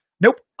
nope